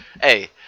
Hey